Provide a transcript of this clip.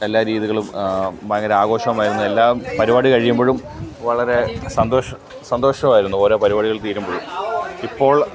എല്ലാ രീതികളും ഭയങ്കര ആഘോഷമായിരുന്നു എല്ലാം പരിപാടി കഴിയുമ്പോഴും വളരെ സന്തോഷം സന്തോഷമായിരുന്നു ഓരോ പരിപാടികൾ തീരുമ്പോഴും ഇപ്പോൾ